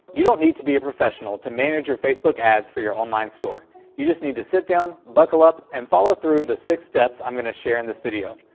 you don't need to be a professional to manage facebook ads for your online store you just need to sit down, buckle up and follow through the six steps i'm gonna share in this video.